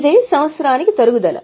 ఇదే సంవత్సరానికి తరుగుదల